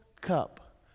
cup